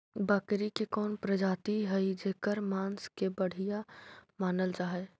बकरी के कौन प्रजाति हई जेकर मांस के बढ़िया मानल जा हई?